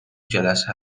جلسه